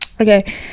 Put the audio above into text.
okay